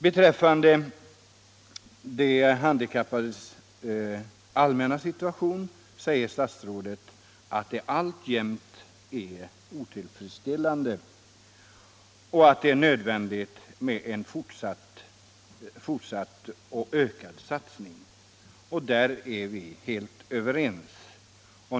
Beträffande de handikappades allmänna situation säger statsrådet att den alltjämt är otillfredsställande och att det är nödvändigt med en fortsatt och ökad satsning. Därvidlag är vi helt överens.